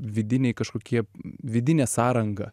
vidiniai kažkokie vidinė sąranga